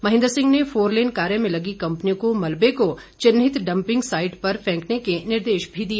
महेन्द्र सिंह ने फोरलेन कार्य में लगी कंपनियों को मलबे को चिन्हित डंपिंग साइट पर फैंकने के निर्देश भी दिए